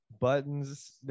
Buttons